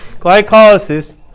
glycolysis